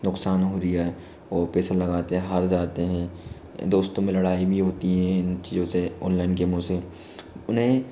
नुकसान हो रहा है वो पैसा लगाते हार जाते हैं दोस्तों में लड़ाई भी होती है इन चीज़ों से ऑनलाइन गेमों से उन्हें